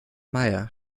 meier